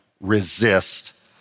resist